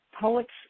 Poets